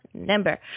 number